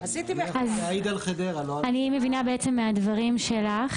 אני מבינה בעצם מהדברים שלך